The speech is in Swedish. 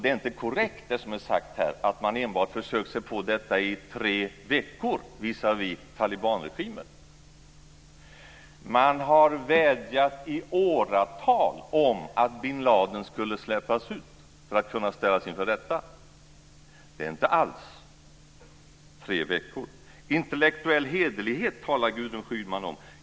Det är inte korrekt, som är sagt här, att man enbart försökt sig på detta i tre veckor visavi talibanregimen. Man har vädjat i åratal om att bin Ladin skulle släppas ut för att kunna ställas inför rätta. Det är inte alls tre veckor. Intellektuell hederlighet, talar Gudrun Schyman om.